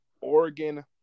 Oregon